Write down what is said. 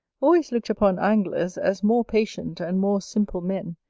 always looked upon anglers, as more patient, and more simple men,